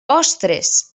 ostres